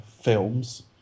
films